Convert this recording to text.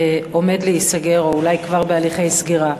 עומד להיסגר או אולי כבר בהליכי סגירה.